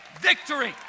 victory